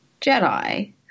Jedi